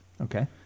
Okay